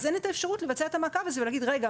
אז אין את האפשרות לבצע את המעקב הזה ולהגיד: רגע,